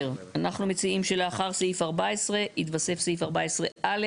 סעיף 110. אנחנו מציעים שלאחר סיף (14) יתווסף סעיף (14)(א)